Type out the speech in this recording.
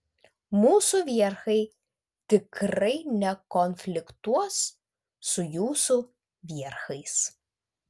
mūsų vierchai tikrai nekonfliktuos su jūsų vierchais